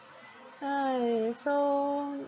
!hais! so